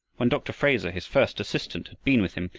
when dr. fraser, his first assistant, had been with him,